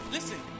Listen